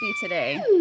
today